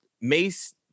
Mace